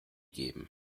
geben